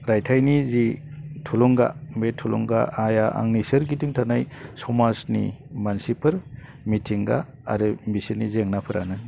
रायथाइनि जि थुलुंगा बे थुलुंगाया आंनि सोरगिजिं थानाय समाजनि मानसिफोर मिथिंगा आरो बिसोरनि जेंनाफोरानो